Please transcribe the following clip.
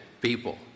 people